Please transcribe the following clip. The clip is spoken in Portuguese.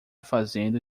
fazendo